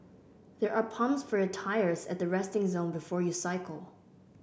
there are pumps for your tyres at the resting zone before you cycle